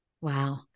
Wow